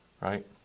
right